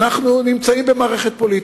אנחנו נמצאים במערכת פוליטית,